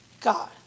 God